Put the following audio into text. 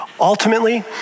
Ultimately